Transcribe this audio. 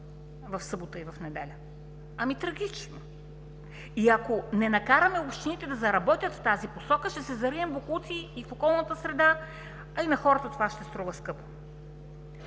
в събота и неделя. Трагично! Ако не накараме общините да заработят в тази посока, ще се зарием с боклуци – и в околната среда, а и на хората това ще струва скъпо.